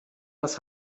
das